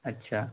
اچھا